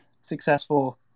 successful